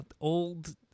Old